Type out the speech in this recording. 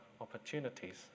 opportunities